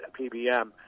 PBM